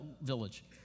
village